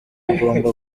tugomba